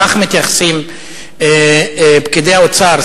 כך מתייחסים פקידי האוצר,